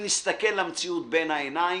אם נסתכל למציאות בין העיניים,